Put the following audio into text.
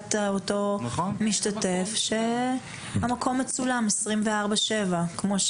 לידיעת המשתתף שהמקום מצולם עשרים וארבע/שבע.